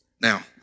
Now